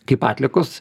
kaip atliekos